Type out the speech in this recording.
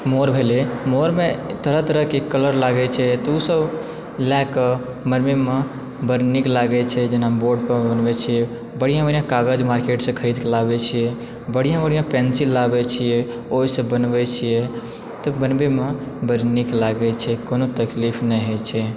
मोर भेलय मोरमे तरह तरहके कलर लागैत छै तऽ ओसभ लयके बनबयमे बड्ड नीक लागैत छै जेना बोर्ड पर बनबै छियै बढ़िआँ बढ़िआँ कागज मार्केटसँ खरीदकऽ लाबैत छियै बढ़िआँ बढ़िआँ पेंसिल लाबैत छियै ओहिसँ बनबैत छियै तऽ बनबयमे बड्ड नीक लागैत छै कोनो तकलीफ नहि होयत छै